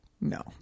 No